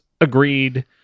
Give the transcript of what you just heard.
Agreed